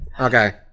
Okay